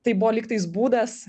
tai buvo lygtais būdas